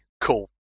cool